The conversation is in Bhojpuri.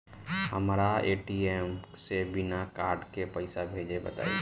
हमरा ए.टी.एम से बिना कार्ड के पईसा भेजे के बताई?